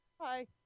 Hi